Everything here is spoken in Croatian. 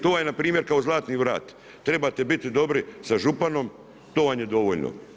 To je npr. kao Zlatni rat, treba te biti dobri sa županom, to vam je dovoljno.